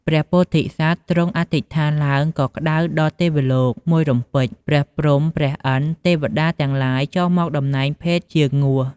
ព្រះពោធិសត្វទ្រង់តាំងអធិដ្ឋានឡើងក៏ក្តៅដល់ទេវលោកមួយរំពេចព្រះព្រហ្ម ព្រះ ឥន្ទ ទេវតាទាំងឡាយចុះមកដំណែងភេទជាងោះ។